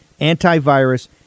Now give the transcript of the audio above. antivirus